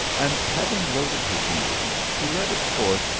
and having loaded his mule, he led it forth,